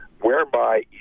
whereby